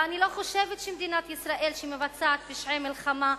ואני לא חושבת שמדינת ישראל, שמבצעת פשעי מלחמה,